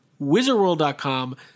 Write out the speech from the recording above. WizardWorld.com